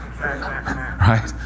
Right